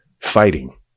Fighting